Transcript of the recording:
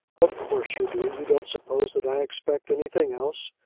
of course you do. you don't suppose that i expect anything else.